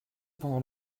pendant